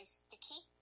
sticky